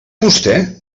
vostè